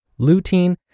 lutein